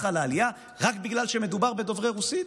על העלייה רק בגלל שמדובר בדוברי רוסית?